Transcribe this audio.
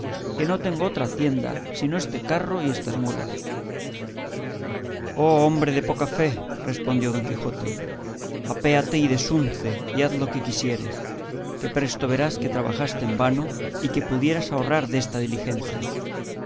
que no tengo otra hacienda sino este carro y estas mulas oh hombre de poca fe respondió don quijote apéate y desunce y haz lo que quisieres que presto verás que trabajaste en vano y que pudieras ahorrar desta diligencia